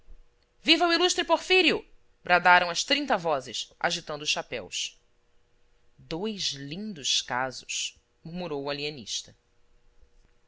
viva o ilustre porfírio bradaram as trinta vozes agitando os chapéus dois lindos casos murmurou o alienista